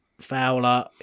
Fowler